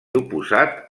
oposat